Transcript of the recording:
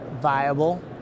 viable